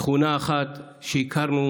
תכונה אחת שהכרנו